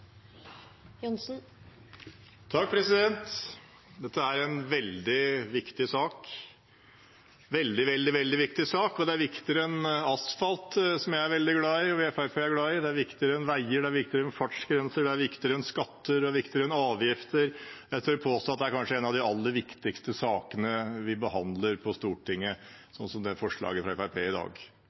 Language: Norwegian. en veldig, veldig viktig sak. Den er viktigere enn asfalt, som jeg og Fremskrittspartiet er veldig glad i. Den er viktigere enn veier, fartsgrenser, skatter og avgifter. Jeg tør påstå at dette kanskje er en av de aller viktigste sakene vi behandler på Stortinget, med forslaget fra Fremskrittspartiet i dag.